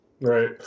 Right